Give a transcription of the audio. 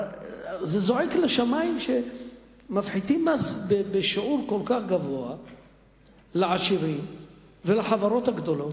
זה זועק לשמים שמפחיתים מס בשיעור כל כך גבוה לעשירים ולחברות הגדולות,